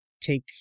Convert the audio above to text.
take